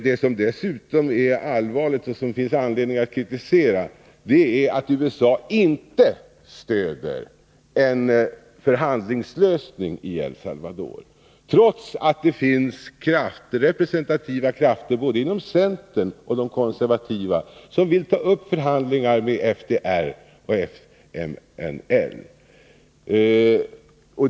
Det som dessutom är allvarligt och som det finns anledning att kritisera är att USA inte stöder en förhandlingslösning i El Salvador, trots att det finns representativa krafter både inom centern och bland de konservativa som vill ta upp förhandlingar med FDR/FMNL.